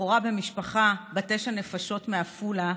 הבכורה במשפחה בת תשע נפשות מעפולה,